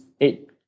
eight